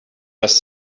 les